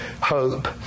hope